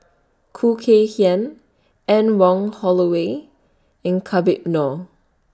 Khoo Kay Hian Anne Wong Holloway and Habib Noh